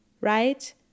Right